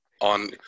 on